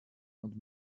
und